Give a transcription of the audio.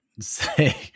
say